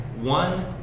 One